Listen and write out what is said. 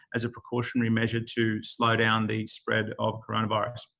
as a precautionary measure, to slow down the spread of coronavirus.